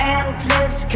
endless